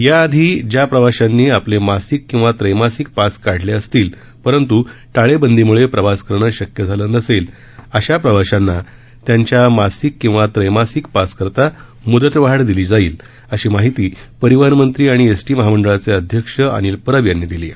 या आधी ज्या प्रवाशांनी आपले मासिक किंवा ट्रैमासिक पास काढले असतील परंत् टाळेबंदीम्ळे प्रवास करणं शक्य झाले नसेल अशा प्रवाशांना त्यांच्या मासिक किंवा ट्रैमासिक पाससाठी मुदतवाढ देण्यात येईल अशी माहिती परिवहनमंत्री आणि एसटी महामंडळाचे अध्यक्ष अनिल परब यांनी दिली आहे